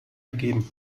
gegeben